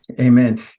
Amen